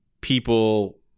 people